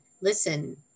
listen